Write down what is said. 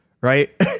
right